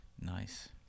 Nice